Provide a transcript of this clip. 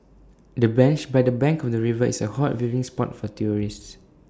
the bench by the bank of the river is A hot viewing spot for tourists